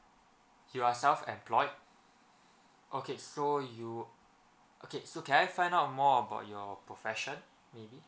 you are self employed okay so you okay so can I find out more about your profession maybe